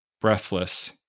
breathless